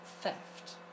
theft